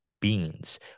beans